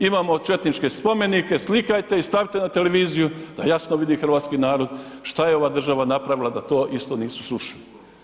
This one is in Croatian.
Imamo četničke spomenike, slikajte ih, stavite na televiziju da jasno vidi hrvatski narod šta je ova država napravila da to isto nisu srušili.